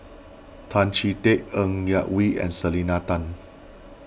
Tan Chee Teck Ng Yak Whee and Selena Tan